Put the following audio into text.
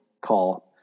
call